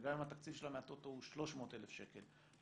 וגם אם התקציב שלה מהטוטו הוא 300,000 שקל,